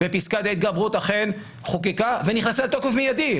פסקת ההתגברות אכן חוקקה ונכנסה לתוקף מידי,